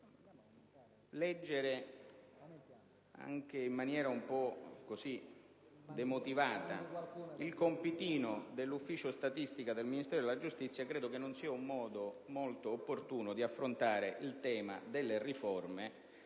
leggere, anche in maniera demotivata, il compitino dell'ufficio statistica del Ministero della giustizia non credo sia un modo opportuno di affrontare il tema delle riforme,